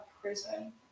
prison